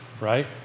right